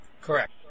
Correct